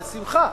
בשמחה,